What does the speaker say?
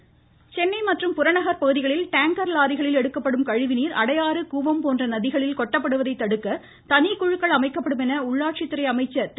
வேலுமணி சென்னை மற்றும் புறநகர் பகுதிகளில் டேங்கர் லாரிகளில் எடுக்கப்படும் கழிவு நீர் அடையாறு கூவம் போன்ற நதிகளில் கொட்டப்படுவதை தடுக்க தனிக்குழுக்கள் அமைக்கப்படும் என்று உள்ளாட்சித்துறை அமைச்சர் திரு